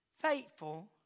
faithful